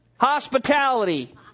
hospitality